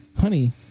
honey